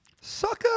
Sucker